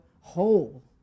whole